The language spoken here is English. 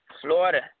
Florida